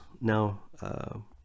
now